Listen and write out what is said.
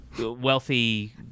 wealthy